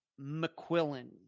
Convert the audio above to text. McQuillan